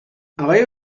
اقای